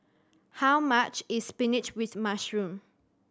how much is spinach with mushroom